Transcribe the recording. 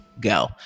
go